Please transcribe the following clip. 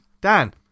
Dan